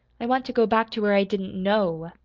i want to go back to where i didn't know!